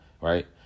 right